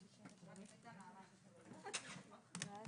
הישיבה ננעלה בשעה 11:05.